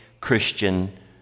Christian